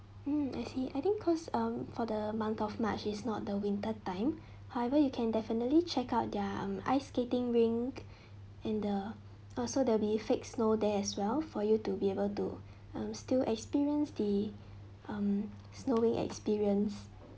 mm I see I think cause um for the month of march it's not the winter time however you can definitely check out their um ice skating rink and the also there'll be fake snow there as well for you to be able to um still experience the um snowing experience